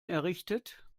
errichtet